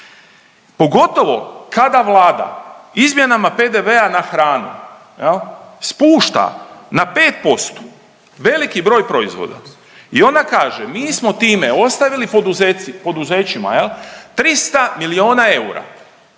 Pogotovo kada Vlada izmjenama PDV-a na hranu spušta na 5% veliki broj proizvoda i ona kaže mi smo time ostavili poduzećima 300 miliona eura